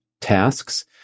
tasks